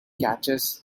catches